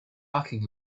talking